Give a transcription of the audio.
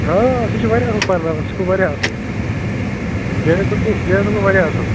آ سُہ چھُ واریاہ اصٕل پرٕناوان سُہ گَو اصٕل جاوید صٲب گَو جاوید صٲب گَو واریاہ اصٕل